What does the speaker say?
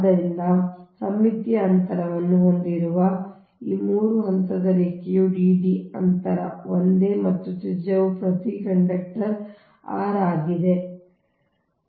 ಆದ್ದರಿಂದ ಸಮ್ಮಿತೀಯ ಅಂತರವನ್ನು ಹೊಂದಿರುವ ಈ 3 ಹಂತದ ರೇಖೆಯು dd ಅಂತರ ಒಂದೇ ಮತ್ತು ತ್ರಿಜ್ಯವು ಪ್ರತಿ ಕಂಡಕ್ಟರ್ r ಆಗಿದೆ ಮತ್ತು ಇದು ನಿಮ್ಮದು